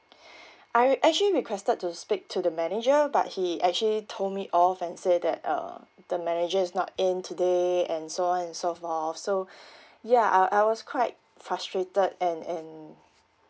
I re~ I actually requested to speak to the manager but he actually told me off and say that uh the manager is not in today and so and so forth and all so ya I I was quite frustrated and and